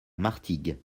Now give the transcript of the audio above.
martigues